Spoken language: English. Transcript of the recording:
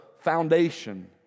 foundation